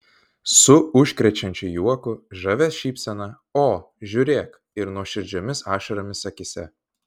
su užkrečiančiu juoku žavia šypsena o žiūrėk ir nuoširdžiomis ašaromis akyse